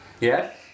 Yes